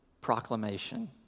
proclamation